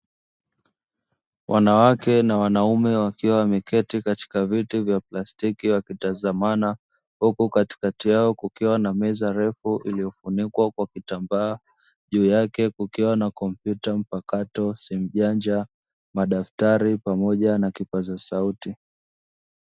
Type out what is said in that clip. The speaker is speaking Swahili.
Wanawake na wanaume wakiwa wameketi katika vyeti vya plastiki, wakitazamana huko katikati yao kukiwa na meza ndefu iliyofunikwa kwa kitambaa juu yake kukiwa na kompyuta mpakato semjanja madaftari pamoja na kipaza sauti.